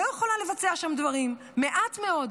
לא יכולה לבצע שם דברים, מעט מאוד.